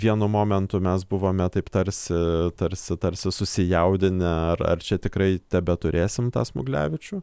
vienu momentu mes buvome taip tarsi tarsi tarsi susijaudinę ar ar čia tikrai tebeturėsim tą smuglevičių